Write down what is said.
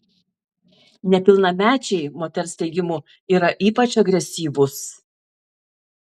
nepilnamečiai moters teigimu yra ypač agresyvūs